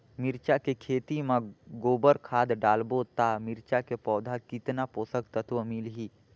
मिरचा के खेती मां गोबर खाद डालबो ता मिरचा के पौधा कितन पोषक तत्व मिलही?